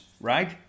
right